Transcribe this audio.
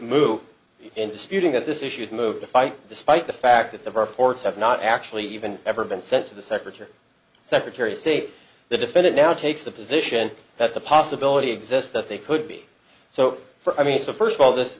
move and disputing that this issue is moved to fight despite the fact that the reports have not actually even ever been sent to the secretary secretary of state the defendant now takes the position that the possibility exists that they could be so for i mean so first of all this